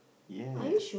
yes